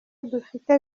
dufise